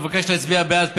אני מבקש להצביע בעד,